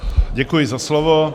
Děkuji za slovo.